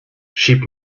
schieb